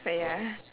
but ya